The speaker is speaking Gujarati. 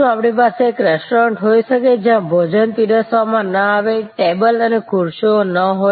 શું આપણી પાસે એક રેસ્ટોરન્ટ હોઈ શકે જ્યાં ભોજન પીરસવામાં ન આવે ટેબલ અને ખુરશીઓ ન હોય